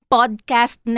Podcast